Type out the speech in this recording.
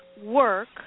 work